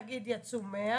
נגיד יצאו 100